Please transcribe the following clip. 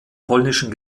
polnischen